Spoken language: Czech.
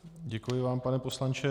Děkuji vám, pane poslanče.